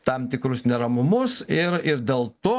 tam tikrus neramumus ir ir dėl to